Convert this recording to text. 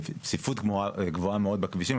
צפיפות גבוהה מאוד בכבישים,